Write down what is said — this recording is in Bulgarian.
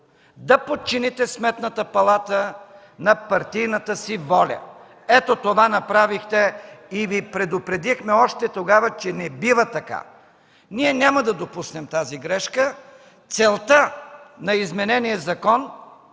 да подчините Сметната палата на партийната си воля. Ето това направихте и Ви предупредихме още тогава, че не бива така. Ние няма да допуснем тази грешка. Целта на изменения закон